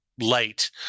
light